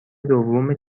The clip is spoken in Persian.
دوم